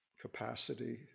capacity